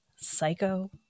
Psycho